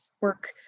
work